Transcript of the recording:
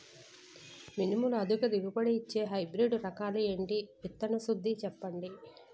మినుములు అధిక దిగుబడి ఇచ్చే హైబ్రిడ్ రకాలు ఏంటి? విత్తన శుద్ధి చెప్పండి?